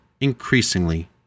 increasingly